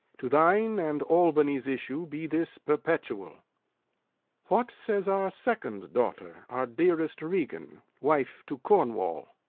to thine and albany's issue be this perpetual what says our second daughter, our dearest regan, wife to cornwall?